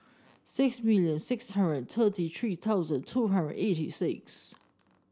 six million six hundred and thirty three thousand two hundred eighty six